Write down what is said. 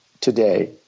today